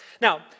Now